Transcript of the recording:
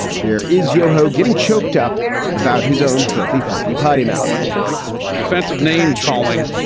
here is yoho getting choked up about his own filthy, filthy potty mouth the offensive name calling.